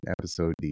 episode